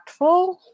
impactful